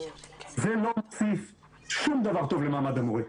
זה לא מוסיף שום דבר טוב למעמד המורה.